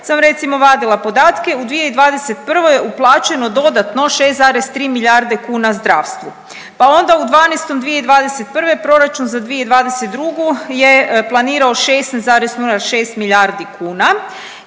sam recimo vadila podatke, u 2021. je uplaćeno dodatno 6,3 milijarde kuna zdravstvu, pa onda u 12. 2021. proračun za 2022. je planirao 16,06 milijardi kuna